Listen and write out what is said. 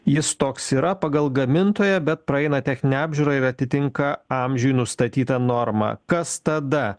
jis toks yra pagal gamintoją bet praeina techninę apžiūrą ir atitinka amžiui nustatytą normą kas tada